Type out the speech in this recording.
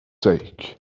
sake